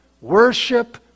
worship